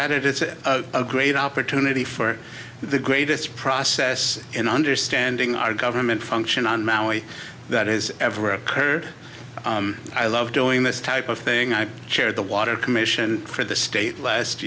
at it it's a great opportunity for the greatest process in understanding our government function on maui that is ever occurred i love doing this type of thing i chaired the water commission for the state last